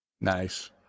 Nice